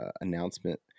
announcement